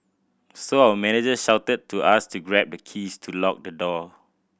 so our manager shouted to us to grab the keys to lock the door